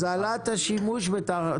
אורי דיבר על כך שיתווספו 26 מיליארד